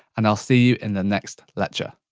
and i'll see you in the next lecture.